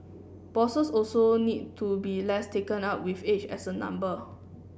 bosses also need to be less taken up with age as a number